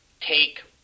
take